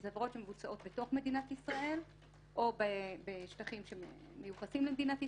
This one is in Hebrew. זה עבירות שמבוצעות בתוך מדינת ישראל או בשטחים שמיוחסים למדינת ישראל.